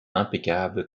impeccable